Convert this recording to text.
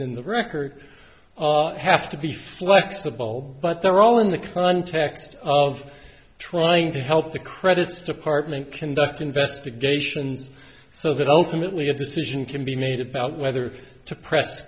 in the record have to be flexible but they're all in the context of trying to help the credits department conduct investigations so that ultimately a decision can be made about whether to press